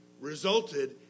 resulted